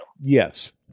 Yes